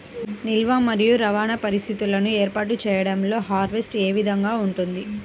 నిల్వ మరియు రవాణా పరిస్థితులను ఏర్పాటు చేయడంలో హార్వెస్ట్ ఏ విధముగా ఉంటుంది?